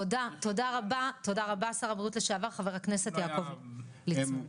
תודה, שר הבריאות לשעבר חבר הכנסת יעקב ליצמן.